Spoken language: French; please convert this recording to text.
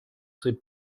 ces